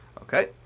Okay